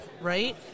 right